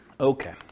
Okay